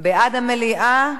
בעד, מליאה,